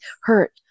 hurt